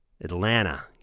Atlanta